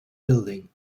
building